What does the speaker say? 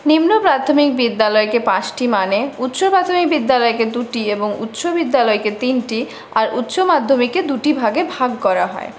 নিম্ন প্রাথমিক বিদ্যালয়কে পাঁচটি মানে উচ্চ প্রাথমিক বিদ্যালয়কে দুটি এবং উচ্চ বিদ্যালয়কে তিনটি আর উচ্চ মাধ্যমিককে দুটি ভাগে ভাগ করা হয়